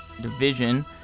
division